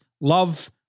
love